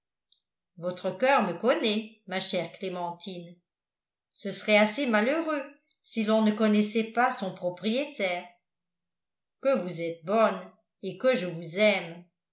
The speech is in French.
votre coeur me connaît ma chère clémentine ce serait assez malheureux si l'on ne connaissait pas son propriétaire que vous êtes bonne et que je vous aime